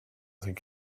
think